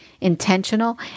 intentional